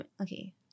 Okay